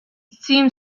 seemed